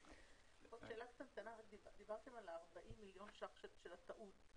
דיברתם על ה-40 מיליון ₪ של הטעות.